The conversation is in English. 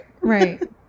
Right